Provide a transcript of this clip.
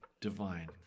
divine